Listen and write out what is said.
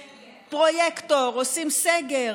ופרויקטור, עושים סגר,